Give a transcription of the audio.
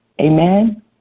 Amen